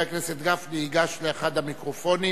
חבר הכנסת גפני ייגש לאחד המיקרופונים